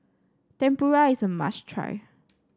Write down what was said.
Tempura is a must try